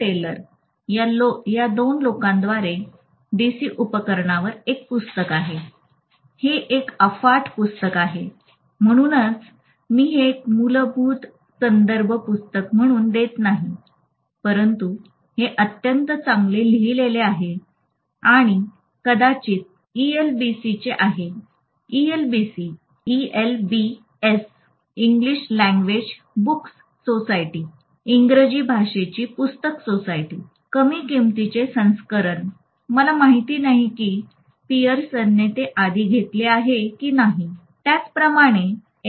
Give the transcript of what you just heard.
teller या दोन लोकांद्वारे डीसी उपकरणवर एक पुस्तक आहे हे एक अफाट पुस्तक आहे म्हणूनच मी हे एक मूलभूत संदर्भ पुस्तक म्हणून देत नाही परंतु हे अत्यंत चांगले लिहिलेले आहे आणि हे कदाचित ईएलबीएसचे आहे ईएलबीएस इंग्रजी भाषेची पुस्तक सोसायटी कमी किंमतीचे संस्करण मला माहित नाही की पीअरसनने ते आधीच घेतले आहे की नाही त्याचप्रमाणे ए